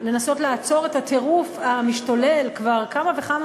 לנסות לעצור את הטירוף המשתולל כבר כמה וכמה